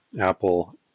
Apple